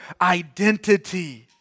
identity